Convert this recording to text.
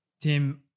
Tim